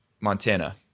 Montana